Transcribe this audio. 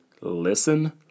listen